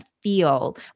feel